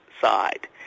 side